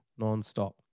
nonstop